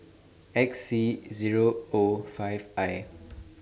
X C Zero O five I